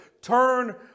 turn